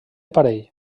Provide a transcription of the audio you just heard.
parell